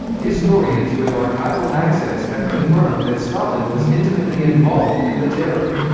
historians with archival access have confirmed that stalin was intimately involved in the terror.